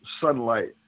sunlight